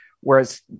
whereas